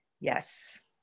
Yes